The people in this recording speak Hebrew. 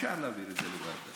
אפשר להעביר את זה לוועדה.